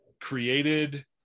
created